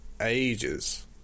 ages